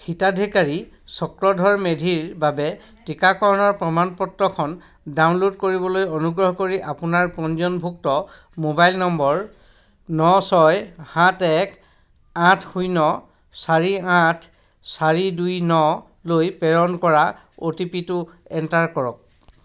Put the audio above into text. হিতাধিকাৰী চক্ৰধৰ মেধিৰ বাবে টিকাকৰণৰ প্ৰমাণ পত্ৰখন ডাউনলোড কৰিবলৈ অনুগ্ৰহ কৰি আপোনাৰ পঞ্জীয়নভুক্ত মোবাইল নম্বৰ ন ছয় সাত এক আঠ শূন্য চাৰি আঠ চাৰি দুই নলৈ প্ৰেৰণ কৰা অ' টি পি টো এণ্টাৰ কৰক